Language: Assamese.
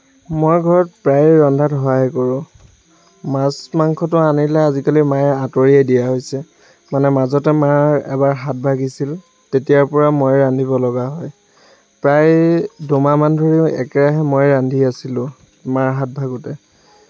মই ঘৰত প্ৰায়ে ৰন্ধাত সহায় কৰোঁ মাছ মাংসতো আনিলে আজিকালি মায়ে আঁতৰিয়ে দিয়া হৈছে মানে মাজতে মাৰ এবাৰ হাত ভাগিছিল তেতিয়াৰ পৰা মইয়ে ৰান্ধিব লগা হয় প্ৰায় দুমাহ মান ধৰি একেৰাহে ময়ে ৰান্ধি আছিলোঁ মাৰ হাত ভাগোঁতে